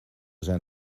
zijn